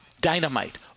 dynamite